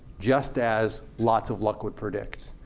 just as lots of luck would predict.